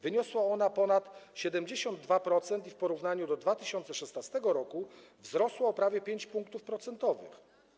Wyniosła ona ponad 72% i w porównaniu do 2016 r. wzrosła o prawie 5 punktów procentowych.